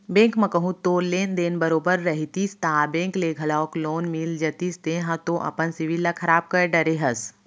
bank म कहूँ तोर लेन देन बरोबर रहितिस ता बेंक ले घलौक लोन मिल जतिस तेंहा तो अपन सिविल ल खराब कर डरे हस